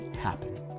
happen